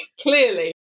clearly